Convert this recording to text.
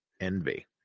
envy